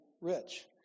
rich